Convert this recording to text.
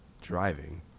driving